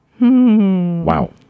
Wow